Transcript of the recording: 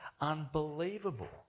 unbelievable